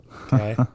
Okay